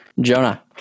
Jonah